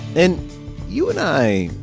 then you and i,